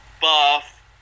buff